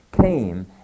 Came